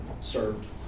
served